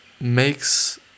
Makes